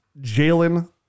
Jalen